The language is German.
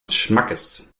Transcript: schmackes